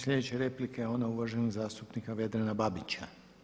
Slijedeća replika je ona uvaženog zastupnika Vedrana Babić.